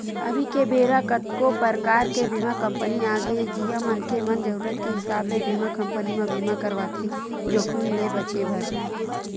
अभी के बेरा कतको परकार के बीमा कंपनी आगे हे जिहां मनखे मन जरुरत के हिसाब ले बीमा कंपनी म बीमा करवाथे जोखिम ले बचें बर